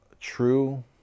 true